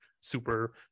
super